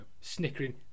snickering